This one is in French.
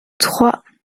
trois